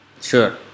Sure